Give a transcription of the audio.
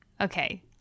Okay